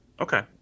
okay